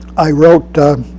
i wrote a